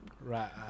Right